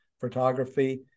Photography